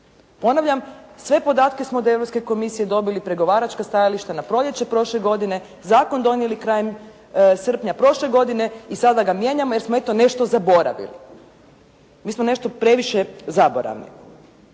Ponavljam, sve podate smo od Europske komisije dobili, pregovaračka stajališta na proljeće prošle godine, zakon donijeli krajem srpnja prošle godine i sada ga mijenjamo jer smo eto nešto zaboravili. Mi smo nešto previše zaboravni.